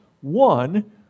one